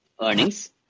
earnings